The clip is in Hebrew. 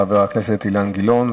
חבר הכנסת אילן גילאון,